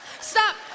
Stop